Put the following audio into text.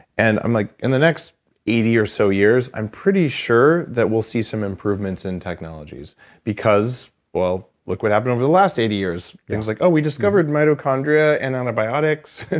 and like in the next eighty or so years, i'm pretty sure that we'll see some improvements in technologies because well look what happened over the last eighty years, things like, oh we discovered mitochondria, and antibiotics,